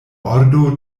ordo